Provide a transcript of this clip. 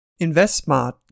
InvestSmart